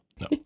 no